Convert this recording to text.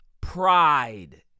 pride